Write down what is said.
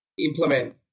implement